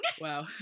Wow